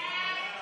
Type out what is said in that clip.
סעיפים 1